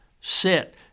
sit